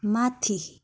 माथि